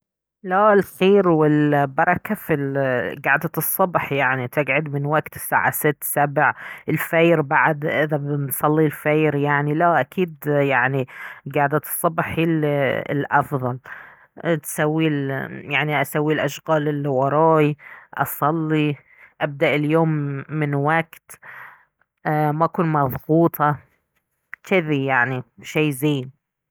لا الخير والبركة في قعدة الصبح يعني تقعد من وقت الساعة ست سبع الفير بعد إذا بنصلي الفيريعني لا اكيد يعني قعدة الصبح هي الأفضل ايه تسوي يعني اسوي الأشغال الي وراي اصلي ابدأ اليوم من وقت ايه ما اكون مضغوطة جذي يعني شي زين